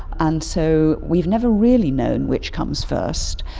and so we've never really known which comes first,